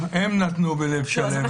המאמץ היה שזאת תהיה הסכמה מדעת.